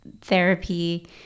therapy